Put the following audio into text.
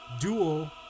dual